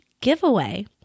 giveaway